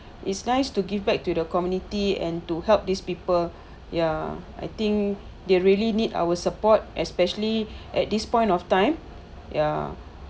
it's nice to give back to the community and to help these people ya I think they really need our support especially at this point of time ya